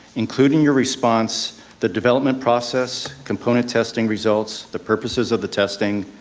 include in your response the development process, component testing results, the purposes of the testing,